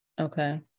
Okay